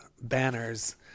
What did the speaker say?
banners